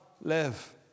live